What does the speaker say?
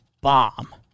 bomb